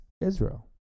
Israel